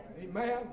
Amen